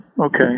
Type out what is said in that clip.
Okay